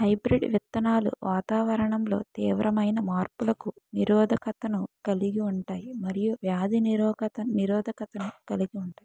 hybrid విత్తనాలు వాతావరణంలో తీవ్రమైన మార్పులకు నిరోధకతను కలిగి ఉంటాయి మరియు వ్యాధి నిరోధకతను కలిగి ఉంటాయి